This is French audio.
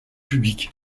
public